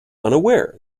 unaware